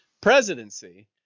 presidency